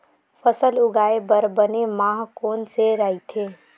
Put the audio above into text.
फसल उगाये बर बने माह कोन से राइथे?